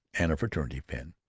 and a fraternity pin.